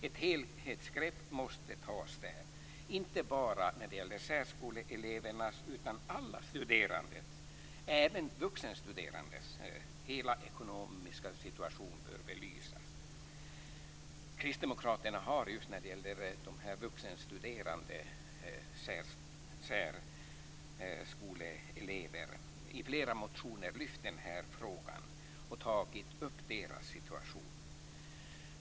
Ett helhetsgrepp måste tas. Inte bara särskoleelevernas utan alla studerandes, även vuxenstuderandes, hela ekonomiska situation bör belysas. Kristdemokraterna har just när det gäller vuxenstuderande särskoleelever i flera motioner lyft fram den här frågan och tagit upp deras situation.